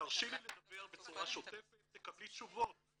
תרשי לי לדבר בצורה שוטפת ותקבלי תשובות.